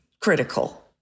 critical